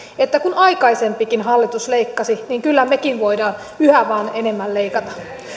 että kun aikaisempikin hallitus leikkasi niin kyllä mekin voimme yhä vain enemmän leikata